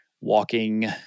walking